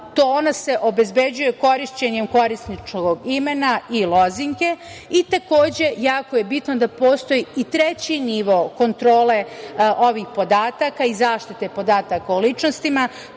Ona se obezbeđuje korišćenjem korisničkog imena i lozinke. Takođe, jako je bitno da postoji i treći nivo kontrole ovih podataka i zaštite podataka o ličnostima.